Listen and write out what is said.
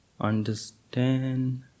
understand